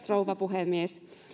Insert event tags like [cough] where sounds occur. [unintelligible] rouva puhemies